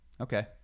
Okay